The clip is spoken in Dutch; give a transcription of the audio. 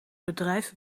bedrijf